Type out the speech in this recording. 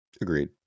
Agreed